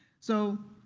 so